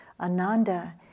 Ananda